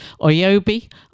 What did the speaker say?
Oyobi